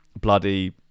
bloody